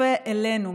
שצופה אלינו,